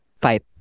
Fight